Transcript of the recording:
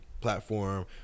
platform